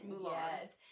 yes